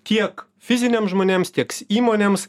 tiek fiziniam žmonėms tieks įmonėms